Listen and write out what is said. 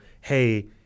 hey